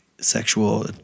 sexual